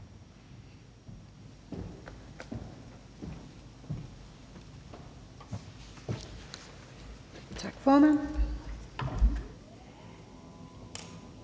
Tak for det.